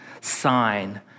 sign